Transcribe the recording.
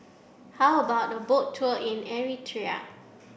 how about a boat tour in Eritrea